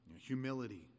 Humility